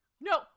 No